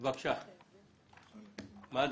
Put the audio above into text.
מגן